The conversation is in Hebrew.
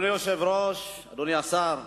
אדוני היושב-ראש, אדוני השר,